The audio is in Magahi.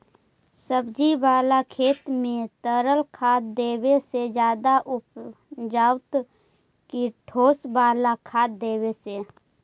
सब्जी बाला खेत में तरल खाद देवे से ज्यादा उपजतै कि ठोस वाला खाद देवे से?